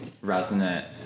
resonant